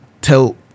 tell